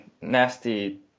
nasty